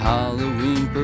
Halloween